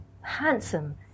handsome